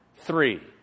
three